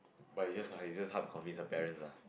but it's just it's just hard to convince her parents lah